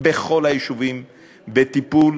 בכל היישובים בטיפול.